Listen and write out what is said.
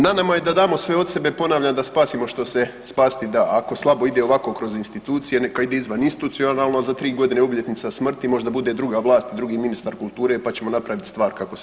Na nama je da damo sve od sebe ponavljam da spasimo što se spasiti da, ako slabo ide ovako kroz institucije neka ide izvaninstitucionalno, a za 3 godine je obljetnica smrti možda bude druga vlast i drugi ministar kulture pa ćemo napraviti stvar kako spada.